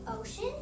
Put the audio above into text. ocean